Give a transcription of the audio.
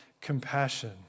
compassion